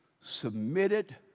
submitted